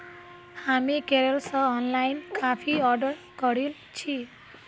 हामी केरल स ऑनलाइन काफी ऑर्डर करील छि